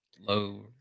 low